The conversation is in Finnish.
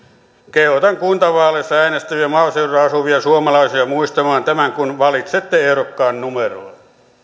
kehotan kuntavaaleissa äänestäviä maaseudulla asuvia suomalaisia muistamaan tämän kun valitsette ehdokkaan numeroa